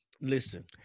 Listen